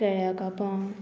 केळ्या कापां